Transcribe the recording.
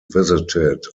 visited